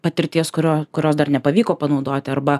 patirties kurios dar nepavyko panaudoti arba ar